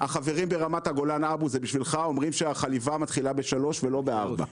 החברים ברמת הגולן אומרים שהחליבה מתחילה בשלוש ולא בארבע,